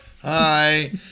Hi